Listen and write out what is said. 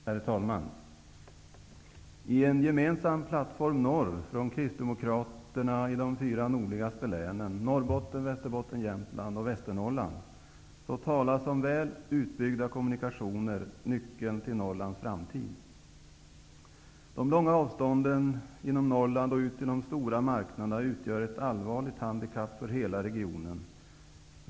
Herr talman! I en gemensam Plattform Norr från Västernorrland, talas om ''Väl utbyggda kommunikationer -- Nyckeln till Norrlands framtid''. De långa avstånden inom Norrland och ut till de stora marknaderna utgör ett allvarligt handikapp för hela regionen.